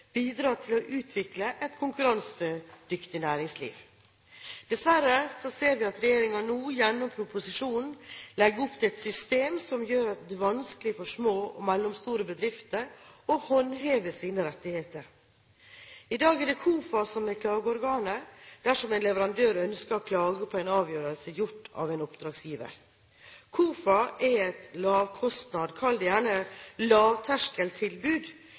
bidrar til å utvikle et konkurransedyktig næringsliv. Dessverre ser vi at regjeringen nå, gjennom proposisjonen, legger opp til et system som gjør det vanskelig for små og mellomstore bedrifter å håndheve sine rettigheter. I dag er det KOFA som er klageorganet dersom en leverandør ønsker å klage på en avgjørelse gjort av en oppdragsgiver. KOFA er et lavkostnadstilbud – kall det gjerne lavterskeltilbud